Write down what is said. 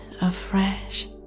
afresh